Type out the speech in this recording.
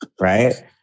right